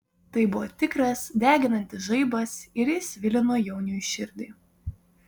tai buvo tikras deginantis žaibas ir jis svilino jauniui širdį